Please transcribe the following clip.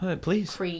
Please